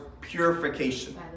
purification